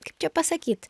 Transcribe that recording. kaip čia pasakyt